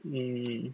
mm